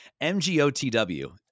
MGOTW